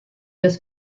das